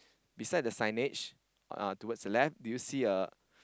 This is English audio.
beside the signage uh towards the left do you see a